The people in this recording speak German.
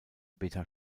beta